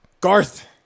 Garth